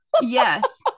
Yes